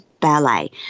ballet